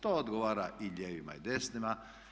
To odgovora i lijevima i desnima.